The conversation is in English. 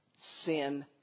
Sin